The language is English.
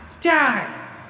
Die